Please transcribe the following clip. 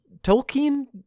Tolkien